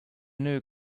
new